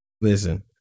Listen